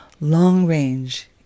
long-range